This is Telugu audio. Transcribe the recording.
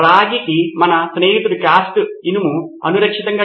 నితిన్ కురియన్ ఈ రిపోజిటరీని నిరంతరం పర్యవేక్షిస్తుంది